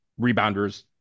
rebounders